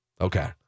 Okay